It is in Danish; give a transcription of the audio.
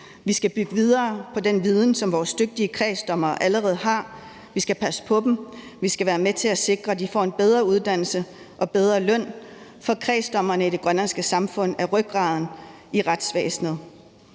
vi skal bygge videre på den viden, som vores dygtige kredsdommere allerede har, vi skal passe på dem, vi skal være med til at sikre, at de får en bedre uddannelse og bedre løn, for kredsdommerne i det grønlandske samfund er rygraden i retsvæsenet.